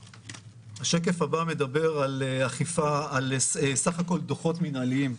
השקף הבא מדבר על סך הכול דוחות מינהליים.